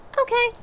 Okay